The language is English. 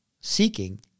seeking